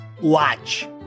Watch